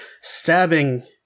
stabbing